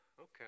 okay